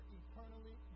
eternally